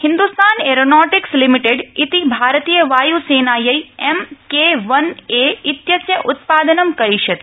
Hindustan Aeronautics Limited इति भारतीय वाय्सेनायै एम का वन ए इत्यस्य उत्पादनं करिष्यति